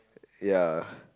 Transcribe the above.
ya